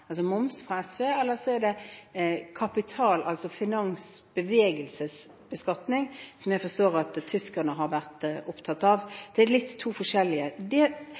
SV – eller så er det kapitalbeskatning, altså finans- og bevegelsesbeskatning, som jeg forstår at tyskerne har vært opptatt av. Dette er to litt forskjellige. Vi er egentlig skeptiske til det